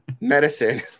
medicine